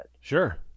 Sure